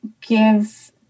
give